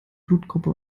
blutgruppe